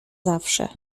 zawsze